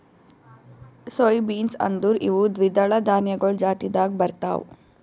soy beans ಅಂದುರ್ ಇವು ದ್ವಿದಳ ಧಾನ್ಯಗೊಳ್ ಜಾತಿದಾಗ್ ಬರ್ತಾವ್